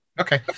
Okay